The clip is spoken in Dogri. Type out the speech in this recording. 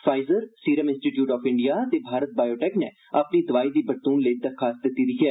Pfizer Serum Institute of India ते भारत बायोटेक नै अपनी दोआई दी बरतून लेई दरखास्त दिती दी ऐ